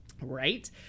Right